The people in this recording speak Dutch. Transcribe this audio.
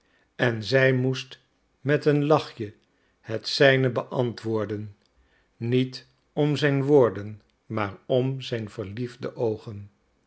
en zij moest met een lachje het zijne beantwoorden niet om zijn woorden maar om zijn verliefde oogen